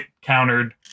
countered